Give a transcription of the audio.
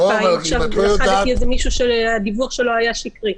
אם עכשיו לכדתי מישהו שהדיווח שלו היה שקרי.